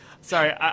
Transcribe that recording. Sorry